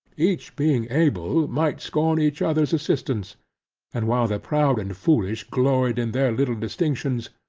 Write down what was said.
each being able might scorn each other's assistance and while the proud and foolish gloried in their little distinctions,